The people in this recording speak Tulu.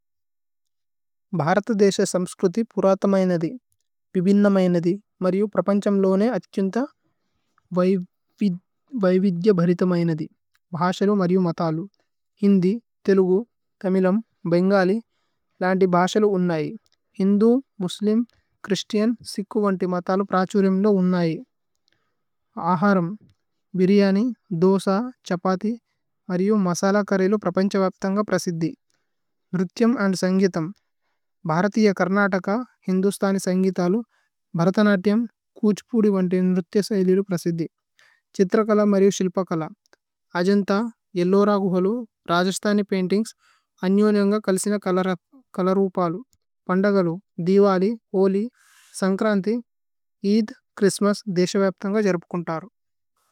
ഭ്ഹാര്ത ദേശ സമ്പ്സ്ക്രുതി പുരഥമയിനദി। ബിബിന്നമയിനദി മരിയു പ്രപന്ഛമ് ലൂനയ്। അഛ്യുന്ഥ വൈവിദ്യ ഭരിതമയിനദി ഭ്ഹശ। ലൂ മരിയു മതലു, ഹിന്ദി, തേലുഗു, തമിലമ്। ബേന്ഗലി ലന്തി ഭശ ലൂ ഉന്നൈ ഹിന്ദു മുസ്ലിമ്। ഛ്രിസ്തിഅന് സിക്കു വന്തി മതലു പ്രഛുരേമ് ലൂ। ഉന്നൈ അഹരമ്, ബിരിയനി, ദോസ, ഛപതി, മരിയു। മസല കരിലു പ്രപന്ഛവപ്ഥന്ഗ പ്രസിദ്ധി। ന്രുഥ്യമ് അന്ദ് സന്ഘിഥമ് ഭ്ഹരതിയ കര്നതക। ഹിന്ദുസ്തനി സന്ഘിഥലു ഭ്ഹരതനത്യമ് കുജ്പുദി। വന്തിന് ന്രുഥ്യസയിലിദു പ്രസിദ്ധി ഛ്ഹിത്ര കല। മരിയു ശില്പ കല അജന്ത യേല്ലോവ് രഘുഹലു। രജസ്ഥനി പൈന്തിന്ഗ്സ് അന്യോന്യന്ഗ കലിസിന। കലരുപലു പന്ദഗലു ദിവലി ഹോലി സന്ക്രന്തി। ഇദ് ഛ്രിസ്ത്മസ് ദേശ വപ്ഥന്ഗ ജര്പുകുന്ഥരു।